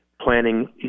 planning